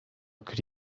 could